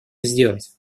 сделать